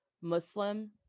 Muslim